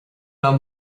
liom